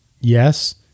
Yes